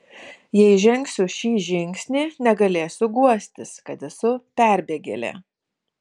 jei žengsiu šį žingsnį negalėsiu guostis kad esu perbėgėlė